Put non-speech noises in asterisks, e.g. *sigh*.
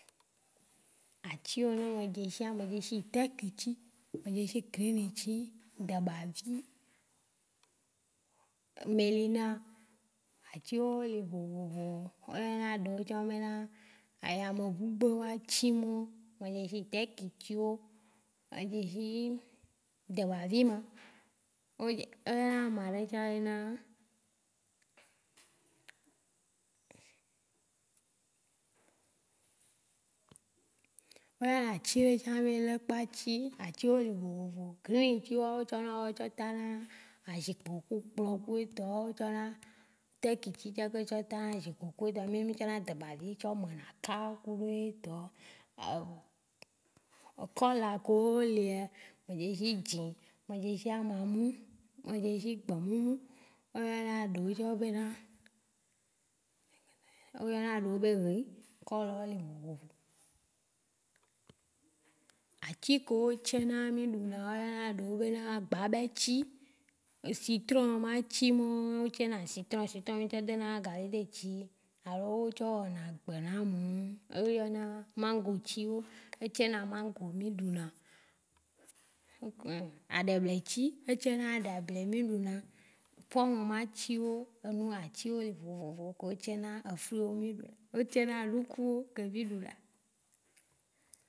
Atsi wo ne me dzeshia, me dzeshi tek tsi, me dzeshi kene tsi, dɛbavi, melina, atsi wo l vovovo. O yɔna ɖeo tsã be na aya me ʋugbo be tsi me wo, me dzeshi tek tsi wo, me dzeshi dɛbavi me, me dz- o yɔna amaɖe tsã na be na, o yɔna atsi ɖe tsã be na kpatsi. Atsi wo le vovovo. Ke ne etsi wo tsɔna o tsɔ tana azikpe kple kplɔ kple etɔ wo, o tsɔ tek tsi tsã tsɔ tana zikpe ku etɔ wo, mi me tsɔ na dɛbavi tsɔ me na aka ku etɔ. *hesitation* Kɔla ko olea, me dzeshi dzẽ, me dzeshi amame, me dzeshi gbɔmeme, o yɔna ɖeo be na o yɔna ɖeo be wui, kɔla wo le vovo. Atsi ke o tsẽna mí ɖuna wo ya ɖeo be na gbabɛ tsi, citron me atsi me o tsɛna citron o te de na gali detsi alo o tsɔ wɔna gbe lanu wo. O yɔna mangu tsi wo, etsɛ na mangu mí ɖu na. Aɖɛblɛ tsi ets ɛna ɖɛblɛ mí ɖuna, pomme ma atsi wo, enu atsi wo vovovo ke o tsɛ na e fruit wo mí ɖu- o tsɛ na nukuo ke mí ɖuna.